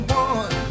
one